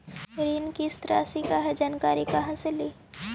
ऋण किस्त रासि का हई जानकारी कहाँ से ली?